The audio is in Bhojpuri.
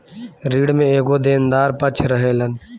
ऋण में एगो देनदार पक्ष रहेलन